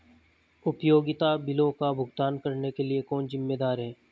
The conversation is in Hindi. उपयोगिता बिलों का भुगतान करने के लिए कौन जिम्मेदार है?